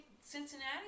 Cincinnati